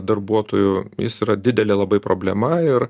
darbuotojų jis yra didelė labai problema ir